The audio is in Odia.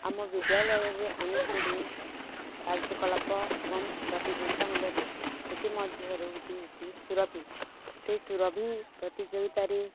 ଆମ ବିଦ୍ୟାଳୟରେ ଅନେକ ଗୁଡ଼ିଏ କାର୍ଯ୍ୟକଳାପ ଏବଂ ପ୍ରତିଯୋଗିତା ମଧ୍ୟ ଦି ସେଥିମଧ୍ୟରୁ ଗୋଟିଏ ହେଉଛି ସୁରଭି ସେଇ ସୁରଭି ପ୍ରତିଯୋଗିତାରେ